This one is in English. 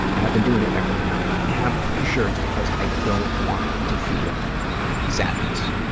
and i've been doing it every night, and i'm pretty sure it's because i don't want to feel sadness.